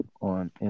on